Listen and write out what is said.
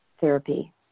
therapy